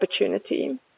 opportunity